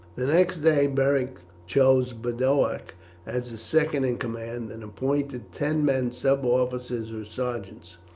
the next day beric chose boduoc as his second in command, and appointed ten men sub-officers or sergeants.